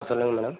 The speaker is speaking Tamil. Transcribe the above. சொல்லுங்கள் மேடம்